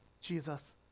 Jesus